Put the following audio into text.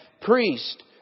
priest